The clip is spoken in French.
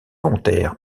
volontaire